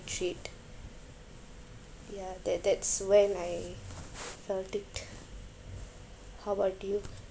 betrayed ya that that's when I felt it how about you